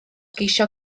geisio